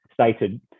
stated